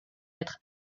être